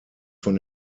von